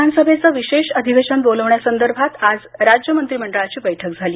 विधानसभेचं विशेष अधिवेशन बोलवण्यासंदर्भात आज राज्यमंत्री मंडळाची बैठक झाली